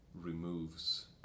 removes